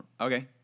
Okay